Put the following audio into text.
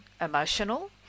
emotional